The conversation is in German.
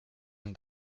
man